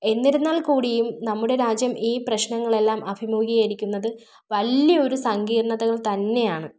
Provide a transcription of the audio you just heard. എന്നിരുന്നാൽ കൂടിയും നമ്മുടെ രാജ്യം ഈ പ്രശ്നങ്ങളെല്ലാം അഭിമുഖീകരിക്കുന്നത് വലിയ ഒരു സങ്കീർണ്ണതകൾ തന്നെയാണ്